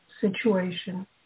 situation